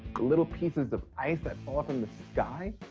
little pieces of ice that fall up in the sky?